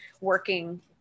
working